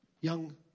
young